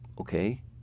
Okay